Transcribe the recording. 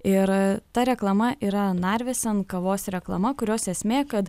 ir ta reklama yra narvesen kavos reklama kurios esmė kad